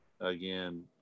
again